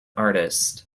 artist